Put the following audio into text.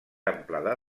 amplada